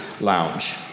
Lounge